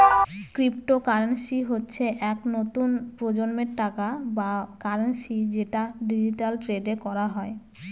cryptocurrency হচ্ছে এক নতুন প্রজন্মের টাকা বা কারেন্সি যেটা ডিজিটালি ট্রেড করা হয়